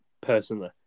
personally